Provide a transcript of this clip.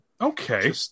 Okay